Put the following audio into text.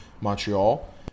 Montreal